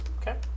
Okay